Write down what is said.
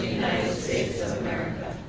states of america.